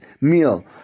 meal